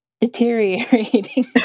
deteriorating